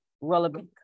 relevant